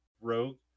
Rogue